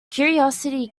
curiosity